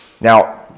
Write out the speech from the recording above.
Now